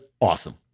awesome